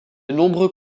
nombreux